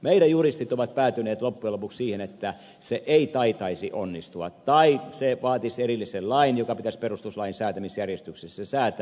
meidän juristit ovat päätyneet loppujen lopuksi siihen että se ei taitaisi onnistua tai se vaatisi erillisen lain joka pitäisi perustuslain säätämisjärjestyksessä säätää